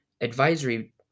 advisory